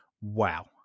Wow